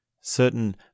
Certain